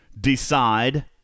decide